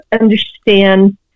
understand